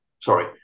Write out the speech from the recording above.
sorry